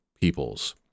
peoples